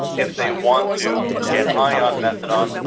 if they want to, get high on methadone?